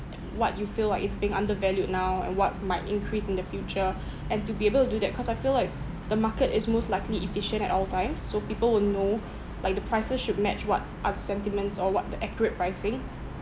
what you feel like it's being undervalued now and what might increase in the future and to be able to do that cause I feel like the market is most likely efficient at all times so people will know like the prices should match what are the sentiments or what the accurate pricing